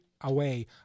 away